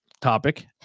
topic